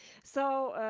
so,